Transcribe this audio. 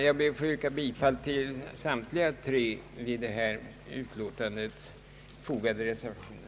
Jag ber att få yrka bifall till samtliga tre vid detta utlåtande fogade reservationer.